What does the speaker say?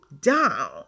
down